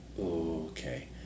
Okay